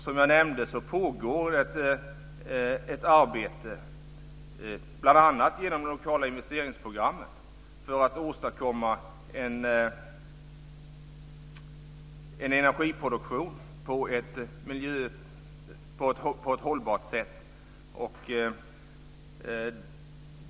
Som jag nämnde pågår ett arbete, bl.a. genom de lokala investeringsprogrammen, för att åstadkomma en energiproduktion på ett hållbart sätt.